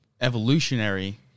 Evolutionary